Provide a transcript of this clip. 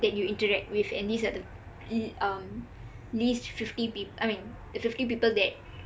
that you interact with and these are the um least fifty people I mean the fifty people that